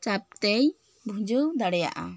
ᱪᱟᱯ ᱛᱮᱭ ᱵᱷᱩᱡᱟᱹᱣ ᱫᱟᱲᱮᱭᱟᱜᱼᱟ